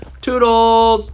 Toodles